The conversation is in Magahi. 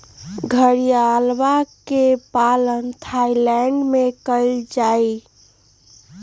घड़ियलवा के पालन थाईलैंड में कइल जाहई